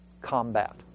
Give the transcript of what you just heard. combat